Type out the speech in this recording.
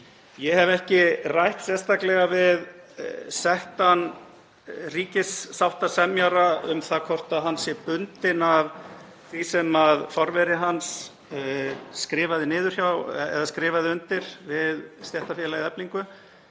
Ég hef ekki rætt sérstaklega við settan ríkissáttasemjara um það hvort hann sé bundinn af því sem forveri hans skrifaði undir við stéttarfélagið Eflingu.